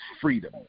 freedom